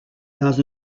dans